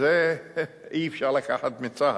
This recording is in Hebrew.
את זה אי-אפשר לקחת מצה"ל.